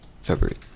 February